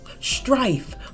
strife